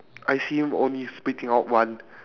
I see him only spitting out one